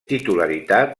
titularitat